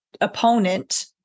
opponent